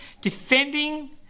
defending